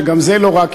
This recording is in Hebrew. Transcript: שגם זה לא רע,